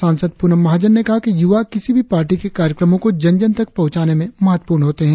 सांसद पुनम महाजन ने कहा कि युवा किसी भी पार्टी के कार्यक्रमो को जन जन तक पहुचाने में महत्वपूर्ण होते है